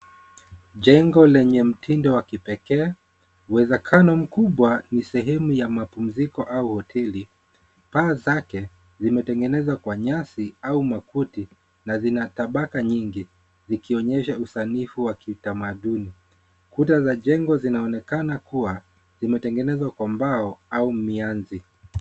Jengo lenye mtindo wa kipekee, uwezekano mkubwa ni sehemu ya mapumziko au hoteli, paa zake zimetengenezwa kwa nyasi au makuti, na zina tabaka nyingi, zikionyesha usanifu wa kitamaduni. Kuta za jengo zinaonekana kuwa zimetengenezwa kwa mbao au mianzi.